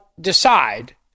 decide